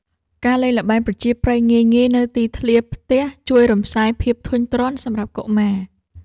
ការលេងល្បែងប្រជាប្រិយងាយៗនៅទីធ្លាផ្ទះ ជួយរំសាយភាពធុញទ្រាន់សម្រាប់កុមារ។